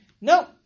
No